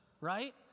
right